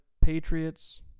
Patriots